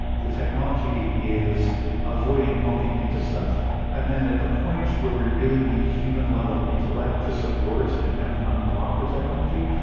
the technology is avoiding bumping into stuff and then at the point where we really need human level intellect to support and kind of unblock the technology,